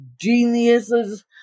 geniuses